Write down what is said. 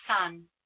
sun